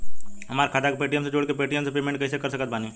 हमार खाता के पेटीएम से जोड़ के पेटीएम से पेमेंट कइसे कर सकत बानी?